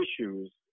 issues –